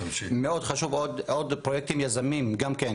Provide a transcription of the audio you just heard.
מאוד חשוב עוד פרויקטים יזמים גם כן,